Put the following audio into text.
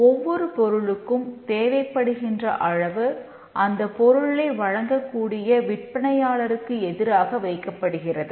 ஒவ்வொரு பொருளுக்கும் தேவைப்படுகின்ற அளவு அந்த பொருளை வழங்கக்கூடிய விற்பனையாளருக்கு எதிராக வைக்கப்படுகிறது